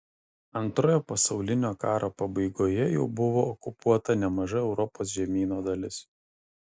antrojo pasaulinio karo pabaigoje jau buvo okupuota nemaža europos žemyno dalis